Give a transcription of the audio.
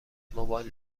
موبایل